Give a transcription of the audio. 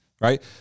right